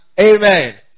Amen